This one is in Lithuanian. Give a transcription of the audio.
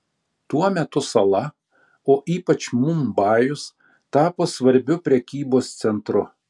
tuo metu sala o ypač mumbajus tapo svarbiu prekybos centru